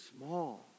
small